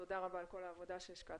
תודה רבה על כל העבודה שהשקעת,